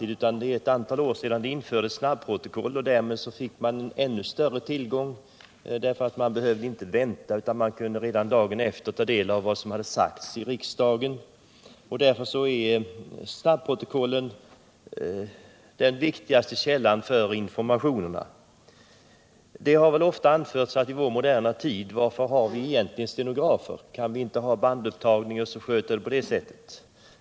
Det är ett antal år sedan de infördes, och därmed fick man ännu större tillgång till information. Man behövde nämligen inte vänta utan kunde redan dagen efter en debatt ta del av vad som hade sagts i riksdagen. Därför är snabbprotokollen den viktigaste källan för information. Det har ofta anförts: Varför har vi egentligen stenografer i vår moderna tid? Kan vi inte i stället ha bandupptagningar?